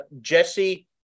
Jesse